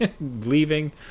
leaving